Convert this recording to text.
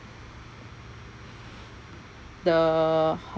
the